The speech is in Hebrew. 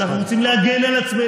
מה לעשות שאנחנו רוצים להגן על עצמנו,